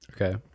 Okay